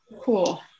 cool